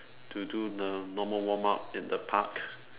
to do the normal warm up in the park